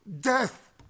death